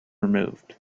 removed